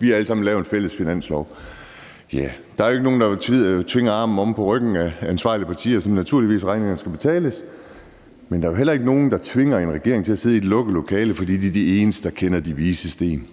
Vi har alle sammen lavet en fælles finanslov. Ja, der jo ikke nogen, der tvinger armen om på ryggen af ansvarlige partier, og naturligvis skal regningerne betales, men der er heller ikke nogen, der tvinger en regering til at sidde i et lukket lokale, fordi de er de eneste, der kender de vises sten.